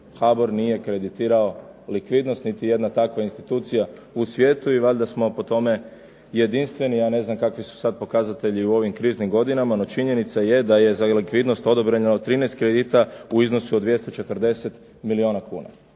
HABOR nije kreditirao likvidnost, niti jedna takva institucija u svijetu i valjda smo po tome jedinstveni, ja ne znam kakvi su sad pokazatelji u ovim kriznim godinama, no činjenica je da je za likvidnost odobreno 13 kredita u iznosu od 240 milijun kuna.